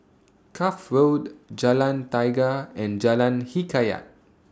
Cuff Road Jalan Tiga and Jalan Hikayat